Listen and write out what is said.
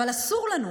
אבל אסור לנו,